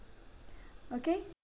okay